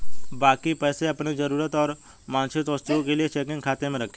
बाकी पैसे अपनी जरूरत और वांछित वस्तुओं के लिए चेकिंग खाते में रखें